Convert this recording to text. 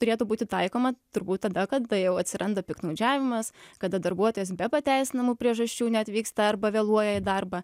turėtų būti taikoma turbūt tada kada jau atsiranda piktnaudžiavimas kada darbuotojas be pateisinamų priežasčių neatvyksta arba vėluoja į darbą